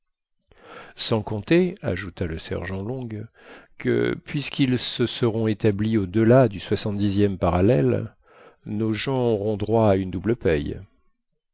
sans compter ajouta le sergent long que puisqu'ils se seront établis au-delà du soixante dixième parallèle nos gens auront droit à une double paye